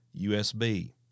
USB